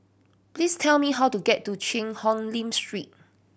please tell me how to get to Cheang Hong Lim Street